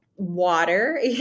Water